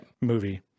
movie